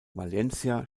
valencia